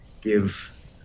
give